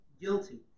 guilty